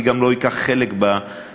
אני גם לא אקח חלק בהשמצות,